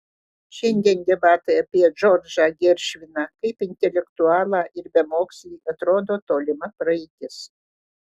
šiandien debatai apie džordžą geršviną kaip intelektualą ir bemokslį atrodo tolima praeitis